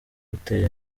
uteye